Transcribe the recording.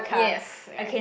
yes right